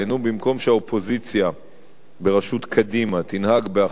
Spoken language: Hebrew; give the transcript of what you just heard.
במקום שהאופוזיציה בראשות קדימה תנהג באחריות